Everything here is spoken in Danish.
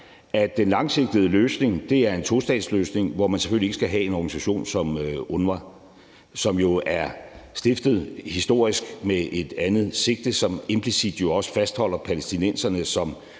at den langsigtede løsning er en tostatsløsning, hvor man selvfølgelig ikke skal have en organisation som UNRWA, som historisk er stiftet med et andet sigte, som implicit jo også fastholder palæstinenserne som